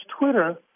Twitter